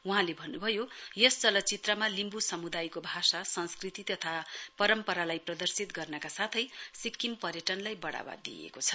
वहाँले भन्नु भयो यस चलचित्रमा लिम्बू समुदायको भाषा संस्कृति तथा परम्परालाई प्रदर्शित गर्नका साथै सिक्किम पर्यटनलाई बडावा दिइएको छ